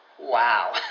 Wow